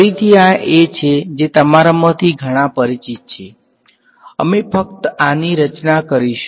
ફરીથી આ એ છે જે તમારામાંથી ઘણા પરિચિત છે અમે ફક્ત આની રચના કરીશું